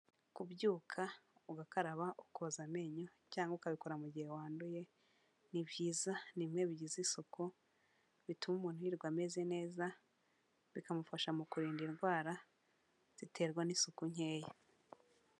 Kubyuka ugakaraba, ukoza amenyo cyangwa ukabikora mu gihe wanduye ni byiza ni bimwe bigize isuku bituma umuntu yirirwa ameze neza, bikamufasha mu kurinda indwara ziterwa n'isuku nkeya.